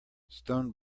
stone